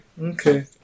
okay